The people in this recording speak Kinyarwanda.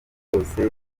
yose